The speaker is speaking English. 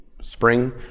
spring